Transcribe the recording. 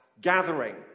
gathering